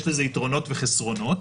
יש לזה יתרונות וחסרונות,